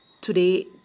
Today